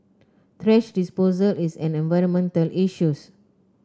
thrash disposal is an environmental issues